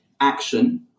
action –